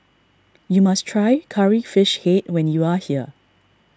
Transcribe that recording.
you must try Curry Fish Head when you are here